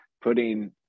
putting